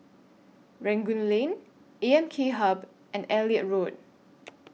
Rangoon Lane A M K Hub and Elliot Road